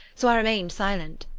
so i remained silent.